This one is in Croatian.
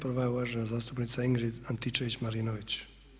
Prva je uvažena zastupnica Ingrid Antičević Marinović.